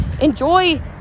Enjoy